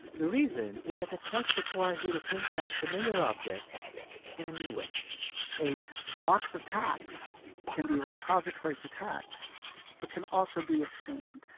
the reason is that the test requires you to think about familiar objects in a new way a box of tacks can be a repository for tacks but can also be a stand.